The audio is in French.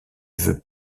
veut